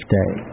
day